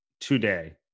today